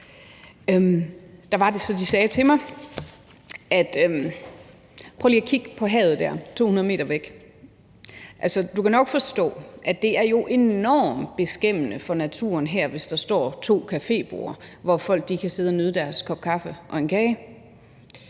de sagde til mig: Prøv lige at kigge på havet der 200 m væk. Du kan nok forstå, at det jo er enormt beskæmmende for naturen her, hvis der står to caféborde, hvor folk kan sidde og nyde deres kop kaffe og en kage.